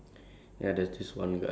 I don't know that time I was